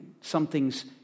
Something's